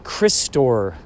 Christore